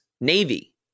Navy